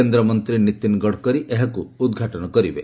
କେନ୍ଦ୍ରମନ୍ତ୍ରୀ ନୀତିନ ଗଡ଼କରୀ ଏହାକୁ ଉଦ୍ଘାଟନ କରିବେ